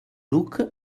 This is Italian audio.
look